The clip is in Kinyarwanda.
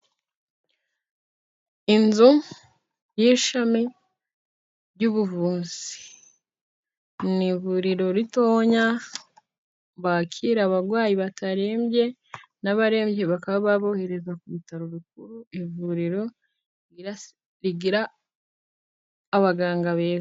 Inzu y'ishami ry'ubuvuzi. Ni ivuriro ritoya bakira abarwayi batarembye, n'abarembye bakabohereza ku bitaro bikuru. Ivuriro rigira abaganga beza.